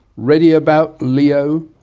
ready about lee-oh